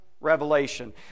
revelation